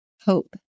hope